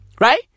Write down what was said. Right